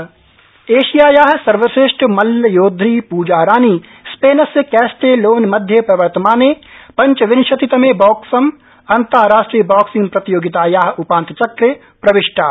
boxing एशियाया सर्वश्रेष्ठ मल्लयोधी पूजा रानी स्पेनस्य कैस्टेलोन मध्ये प्रवर्तमाने पञ्चविंशतितमे बौक्सम् अन्ताराष्ट्रिय बॉक्सिंग प्रतियोगिताया उपान्त चक्रे प्रविष्टा